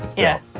yeah.